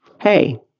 Hey